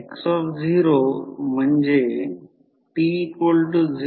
आता I0 तितकेच लहान आहे कोणतेही नो लोड करंट आणि लॉसेस दुर्लक्षित केले आहे